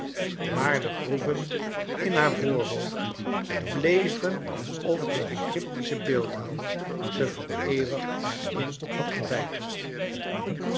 maar de groeven in haar voorhoofd bleven alsof de egyptische beeldhouwer ze voor eeuwig er in had gebeiteld